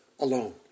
Alone